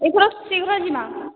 ଏଥର ଶୀଘ୍ର ଯିମା